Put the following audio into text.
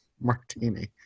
Martini